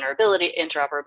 interoperability